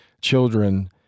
children